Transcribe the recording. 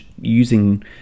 using